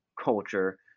culture